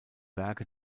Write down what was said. werke